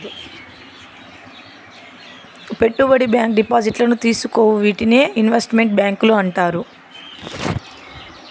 పెట్టుబడి బ్యాంకు డిపాజిట్లను తీసుకోవు వీటినే ఇన్వెస్ట్ మెంట్ బ్యాంకులు అంటారు